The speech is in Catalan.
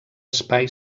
espai